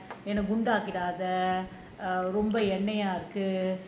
என்ன குண்டு ஆக்கிடாத ரொம்ப எண்ணெயா இருக்கு:enna kundu aakidaatha romba ennayaa irukku